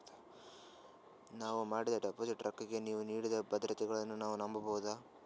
ನಾವು ಮಾಡಿದ ಡಿಪಾಜಿಟ್ ರೊಕ್ಕಕ್ಕ ನೀವು ನೀಡಿದ ಭದ್ರತೆಗಳನ್ನು ನಾವು ನಂಬಬಹುದಾ?